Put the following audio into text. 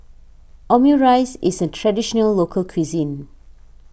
Omurice is a Traditional Local Cuisine